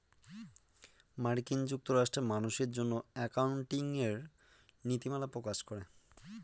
মার্কিন যুক্তরাষ্ট্রে মানুষের জন্য একাউন্টিঙের নীতিমালা প্রকাশ করে